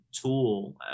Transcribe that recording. tool